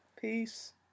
Peace